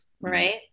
right